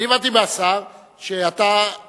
אני הבנתי מהשר שצדקתם.